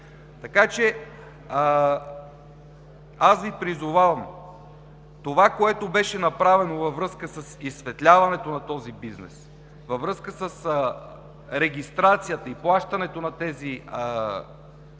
за такъв тип туристи. Това, което беше направено във връзка с изсветляването на този бизнес, във връзка с регистрацията и плащането на данъци